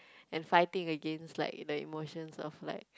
and fighting against like the emotions of like